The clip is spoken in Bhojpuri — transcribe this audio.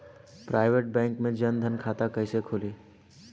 प्राइवेट बैंक मे जन धन खाता कैसे खुली?